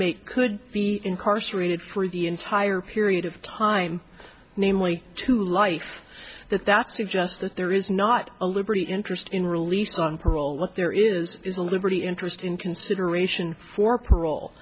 mate could be incarcerated for the entire period of time namely to life that that suggests that there is not a liberty interest in release on parole what there is is a liberty interest in consideration for parole